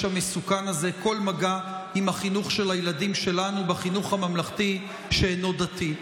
המסוכן הזה כל מגע עם החינוך של הילדים שלנו בחינוך הממלכתי שאינו דתי.